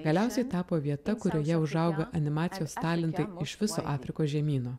galiausiai tapo vieta kurioje užaugo animacijos talentai iš viso afrikos žemyno